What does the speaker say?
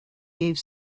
gave